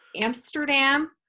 Amsterdam